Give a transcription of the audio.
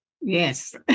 Yes